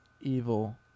evil